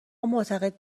معتقد